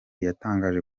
yatangaje